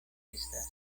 estas